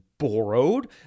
borrowed